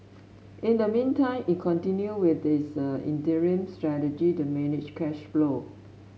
in the meantime it continued with its interim strategy to manage cash flow